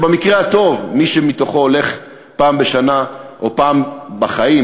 שבמקרה הטוב מי שמתוכו הולך פעם בשנה או פעם בחיים,